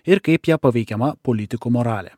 ir kaip ją paveikiama politikų moralė